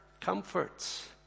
comforts